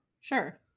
Sure